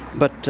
but